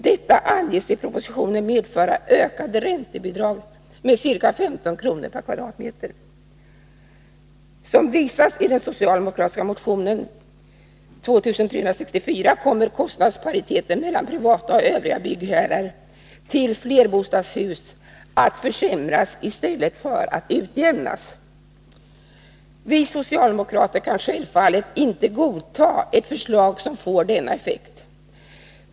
Detta anges i propositionen medföra ökade räntebidrag med ca 15 kr. per kvadratmeter. Som visas i den socialdemokratiska motionen 2364 kommer kostnadspariteten mellan privata och övriga byggherrar till flerbostadshus att försämras i stället för att utjämnas. Vi socialdemokrater kan självfallet inte godta ett förslag som får denna effekt.